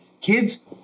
Kids